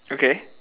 okay